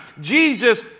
Jesus